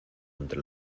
entre